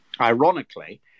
ironically